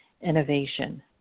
Innovation